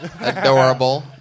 Adorable